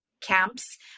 Camps